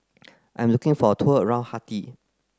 I'm looking for a tour around Haiti